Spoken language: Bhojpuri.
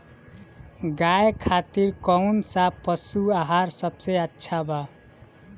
गाय खातिर कउन सा पशु आहार सबसे अच्छा बा?